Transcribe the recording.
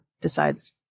decides